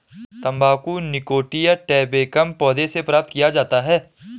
तंबाकू nicotiana tabacum पौधे से प्राप्त किया जाता है